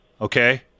okay